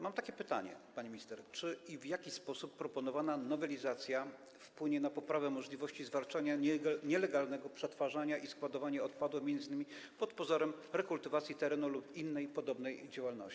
Mam takie pytanie, pani minister: Czy, i w jaki sposób, proponowana nowelizacja wpłynie na poprawę możliwości zwalczania nielegalnego przetwarzania i składowania odpadów, m.in. pod pozorem rekultywacji terenu lub innej podobnej działalności?